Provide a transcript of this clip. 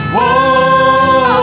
Whoa